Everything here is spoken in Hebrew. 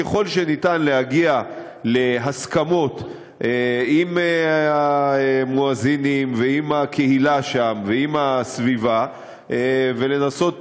ככל שאפשר להגיע להסכמות עם המואזינים ועם הקהילה שם ועם הסביבה ולנסות